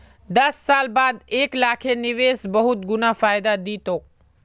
दस साल बाद एक लाखेर निवेश बहुत गुना फायदा दी तोक